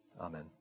Amen